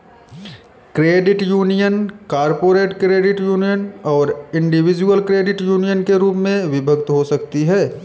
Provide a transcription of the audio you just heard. credit union corporate credit union और individual credit union के रूप में विभक्त हो सकती हैं